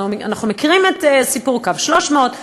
אנחנו מכירים את סיפור קו 300,